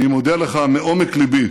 אני מודה לך מעומק ליבי,